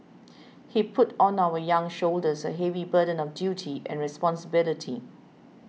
he put on our young shoulders a heavy burden of duty and responsibility